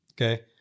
Okay